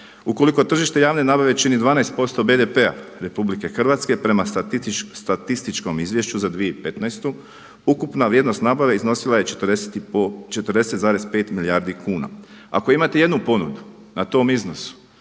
Ukoliko tržište javne nabave čini 12% BDP-a RH prema statističkom izvješću za 2015. ukupna vrijednost nabave iznosila je 40,5 milijardi kuna. Ako imate jednu ponudu na tom iznosu